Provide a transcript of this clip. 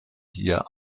hier